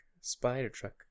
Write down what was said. Spider-Truck